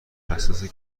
حساسه